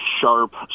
sharp